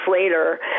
later